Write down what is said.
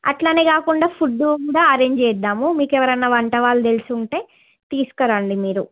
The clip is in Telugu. అట్లనే కాకుండా ఫుడ్ కూడా అరేంజ్ చేయిద్దాము మీకెవరన్నా వంటవాళ్ళు తెలిసుంటే తీసుకురండి మీరు